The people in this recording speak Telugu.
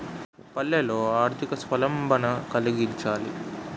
పల్లెల్లో ఆర్థిక స్వావలంబన కలిగించగలగాలి